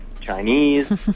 Chinese